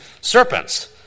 serpents